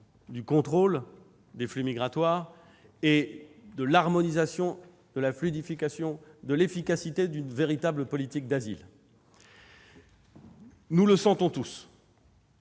du contrôle des flux migratoires et de l'harmonisation, de la fluidification et de l'efficacité d'une véritable politique d'asile. Nous le sentons tous.